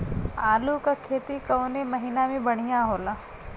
आलू क खेती कवने महीना में बढ़ियां होला?